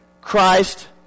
Christ